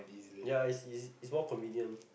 ya is is is more convenient